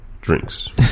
drinks